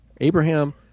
Abraham